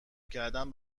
کردن